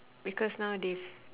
because now they've